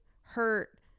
hurt